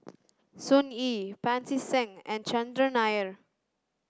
Sun Yee Pancy Seng and Chandran Nair